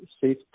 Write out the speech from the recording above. safe